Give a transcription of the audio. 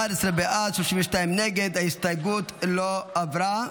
11 בעד, 32 נגד, ההסתייגות לא עברה.